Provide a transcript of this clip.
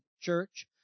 church